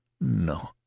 No